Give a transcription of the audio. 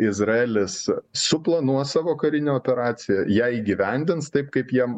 izraelis suplanuos savo karinę operaciją ją įgyvendins taip kaip jiem